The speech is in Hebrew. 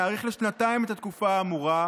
מוצע להאריך לשנתיים את התקופה האמורה,